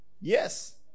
Yes